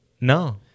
No